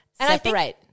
Separate